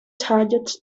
targets